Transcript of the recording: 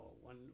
one